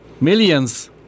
millions